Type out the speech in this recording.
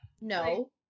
no